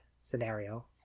scenario